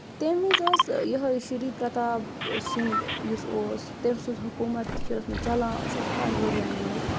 تَمہِ وِز ٲس یِہوے شری پرٛتاب سِنٛگ یُس اوس تٔمۍ سٔنٛز حکوٗمت تہِ چھِ ٲس مےٚ چَلان سؠٹھاہَن ؤرۍ یَن منٛز